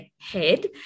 head